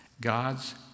God's